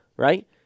Right